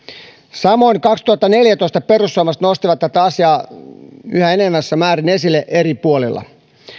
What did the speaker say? samoin kaksituhattaneljätoista perussuomalaiset nostivat tätä asiaa yhä enenevässä määrin esille eri puolilla